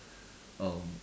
um